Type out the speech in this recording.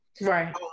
Right